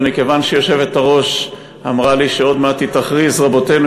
אבל מכיוון שהיושבת-ראש אמרה לי שעוד מעט היא תכריז "רבותינו,